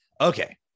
okay